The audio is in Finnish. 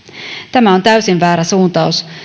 tämä on täysin väärä suuntaus